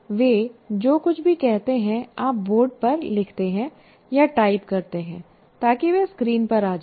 वे जो कुछ भी कहते हैं आप बोर्ड पर लिखते हैं या टाइप करते हैं ताकि वह स्क्रीन पर आ जाए